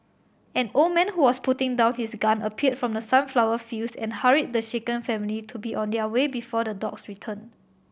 an old man who was putting down his gun appeared from the sunflower fields and hurried the shaken family to be on their way before the dogs return